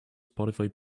spotify